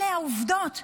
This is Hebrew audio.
אלו העובדות.